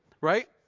right